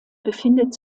befindet